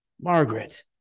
Margaret